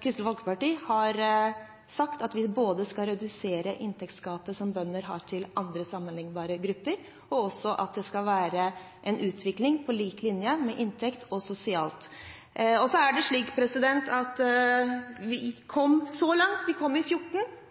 Kristelig Folkeparti har sagt at vi både skal redusere inntektsgapet mellom bønder og sammenlignbare grupper, og også at det skal være en utvikling på linje med andre grupper når det gjelder inntekt og sosiale vilkår. Så er det slik at vi kom så langt som vi kom i